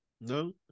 no